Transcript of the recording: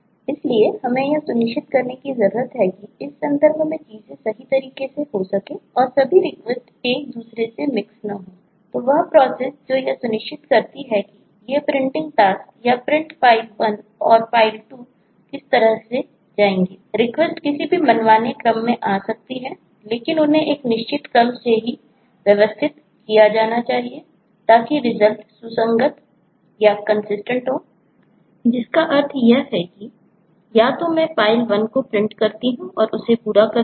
इसलिए हमें यह सुनिश्चित करने की जरूरत है कि इस संदर्भ में चीजें सही तरीके से हो सकें और सभी रिक्वेस्ट हो जिसका अर्थ है कि या तो मैं फ़ाइल 1 को प्रिंट करता हूं और उसे पूरा करता हूं